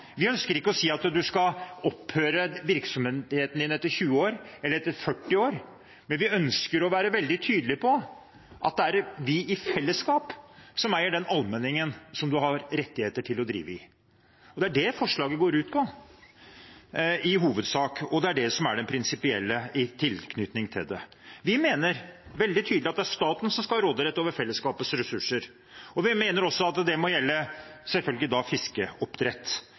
Vi ønsker ikke å si at virksomheten din skal opphøre etter 20 år, eller etter 40 år, men vi ønsker å være veldig tydelige på at det er vi i fellesskap som eier den allmenningen som du har rettigheter til å drive i. Det er det forslaget går ut på, i hovedsak, og det er det som er den prinsipielle tilnærmingen til det. Vi mener veldig tydelig at det er staten som skal ha råderett over fellesskapets ressurser, og vi mener også at det selvfølgelig må gjelde fiskeoppdrett